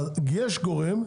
יש גורם,